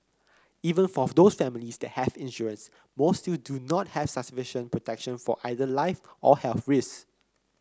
even for those families that have insurance most still do not have sufficient protection for either life or health risks